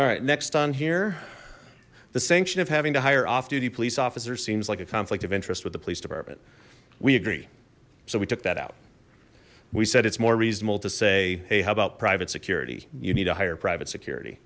all right next on here the sanction of having to hire off duty police officers seems like a conflict of interest with the police department we agree so we took that out we said it's more reasonable to say hey how about private security you need to hire private